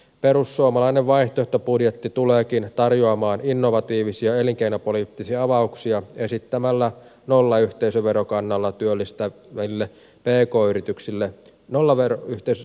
perussuomalainen vaihtoehtobudjetti tuleekin tarjoamaan innovatiivisia elinkeinopoliittisia avauksia esittämällään nollayhteisöverokannalla työllistää välillä tekoyrityksille nolla verkkoyhteys